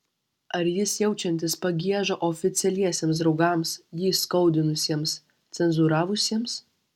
ar jis jaučiantis pagiežą oficialiesiems draugams jį įskaudinusiems cenzūravusiems